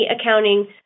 accounting